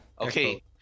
Okay